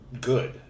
good